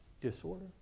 disorder